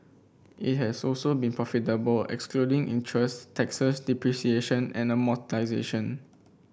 it has also been profitable excluding interest taxes depreciation and amortisation